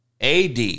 AD